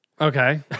Okay